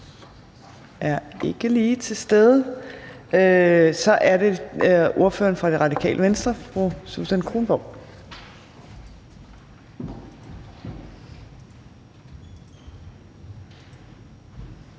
er ikke lige til stede. Så er det ordføreren for Det Radikale Venstre, fru Susan Kronborg.